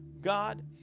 God